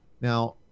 Now